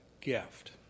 gift